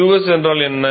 qs என்றால் என்ன